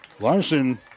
Larson